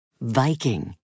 Viking